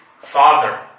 father